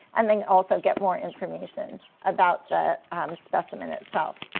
and then also get more information about the specimen itself.